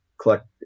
collect